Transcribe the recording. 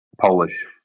Polish